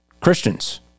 Christians